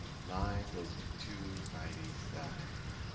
nine goes into two ninety seven.